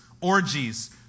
orgies